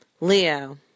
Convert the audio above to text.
Leo